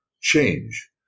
change